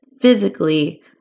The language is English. physically